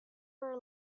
were